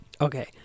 okay